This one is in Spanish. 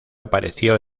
apareció